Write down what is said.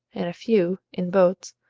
and a few, in boats,